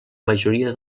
majoria